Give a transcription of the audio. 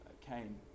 came